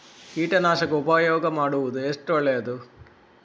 ಕೀಟನಾಶಕ ಉಪಯೋಗ ಮಾಡುವುದು ಎಷ್ಟು ಒಳ್ಳೆಯದು?